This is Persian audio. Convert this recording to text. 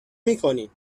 میکنیم